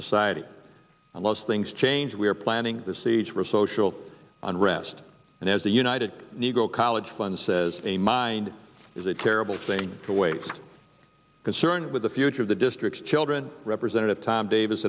society allows things change we are planning this age for social unrest and as the united negro college fund says a mind is a terrible thing to waste concerned with the future of the district's children representative tom davis